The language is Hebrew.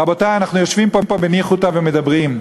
רבותי, אנחנו יושבים פה בניחותא ומדברים,